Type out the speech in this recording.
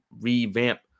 revamp